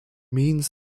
means